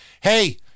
hey